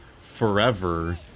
forever